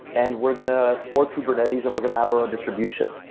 and we're going to afford kubernetes and we're going to have our own distribution.